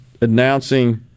announcing